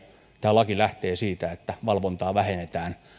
tämä laki lähtee siitä että valvontaa vähennetään